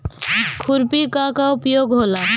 खुरपी का का उपयोग होला?